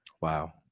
Wow